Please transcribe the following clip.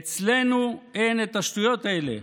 אצלנו אין את השטויות האלה.